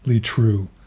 true